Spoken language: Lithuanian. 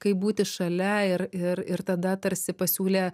kaip būti šalia ir ir ir tada tarsi pasiūlė